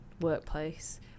Workplace